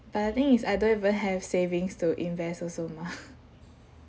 but the thing is I don't even have savings to invest also mah